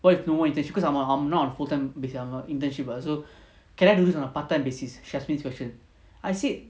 what if no one it's actually I'm I'm not on full time basis I'm on internship err so can do it on a part time basis she ask me this question I said